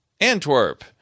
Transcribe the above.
Antwerp